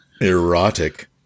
erotic